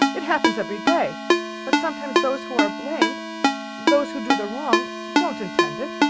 it happens every day but sometimes those who are blamed those who do the wrong don't intend it,